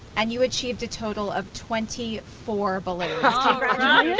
and you achieved a total of twenty four balloons ah